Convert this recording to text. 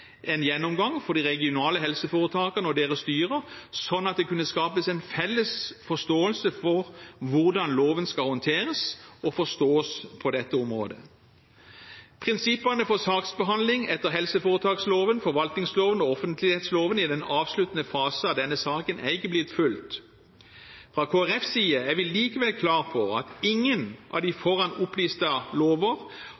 en gjennomgang for de regionale helseforetakene og deres styrer, sånn at det kunne skapes en felles forståelse for hvordan loven skal håndteres og forstås på dette området. Prinsippene for saksbehandling etter helseforetaksloven, forvaltningsloven og offentlighetsloven i den avsluttende fasen av denne saken er ikke blitt fulgt. Fra Kristelig Folkepartis side er vi likevel klare på at ingen av de foran opplistede lover